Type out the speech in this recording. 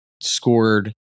scored